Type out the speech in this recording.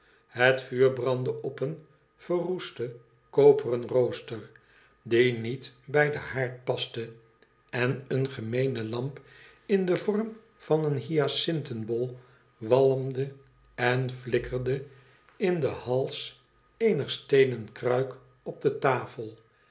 het vuur brandde op een verroesten koperen rooster die niet bij den haard paste en eene gemeene lamp in den vorm van een hyacintenbol walmde en flikkerde in den hals eener steenen kruik op de tafel